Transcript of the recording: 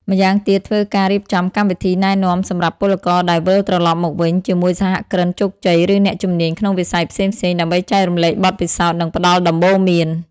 ម្យ៉ាងទៀតធ្វើការរៀបចំកម្មវិធីណែនាំសម្រាប់ពលករដែលវិលត្រឡប់មកវិញ ជាមួយសហគ្រិនជោគជ័យឬអ្នកជំនាញក្នុងវិស័យផ្សេងៗដើម្បីចែករំលែកបទពិសោធន៍ និងផ្តល់ដំបូន្មាន។